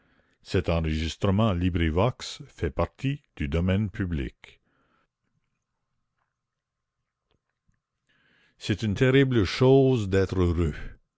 c'est une terrible chose d'être heureux